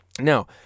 Now